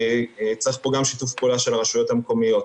צריך פה גם שיתוף פעולה של הרשויות המקומיות.